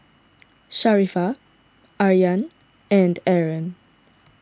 Sharifah Aryan and Aaron